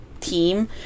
team